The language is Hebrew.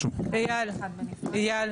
לא,